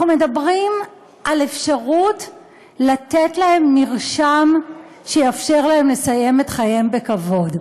אנחנו מדברים על האפשרות לתת להם מרשם שיאפשר להם לסיים את חייהם בכבוד.